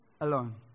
Alone